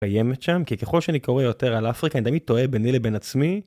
קיימת שם כי ככל שאני קורא יותר על אפריקה אני תמיד טועה ביני לבין עצמי.